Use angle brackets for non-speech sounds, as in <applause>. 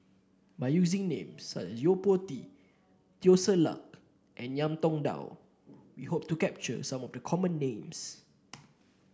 by using names such as Yo Po Tee Teo Ser Luck and Ngiam Tong Dow we hope to capture some of the common names <noise>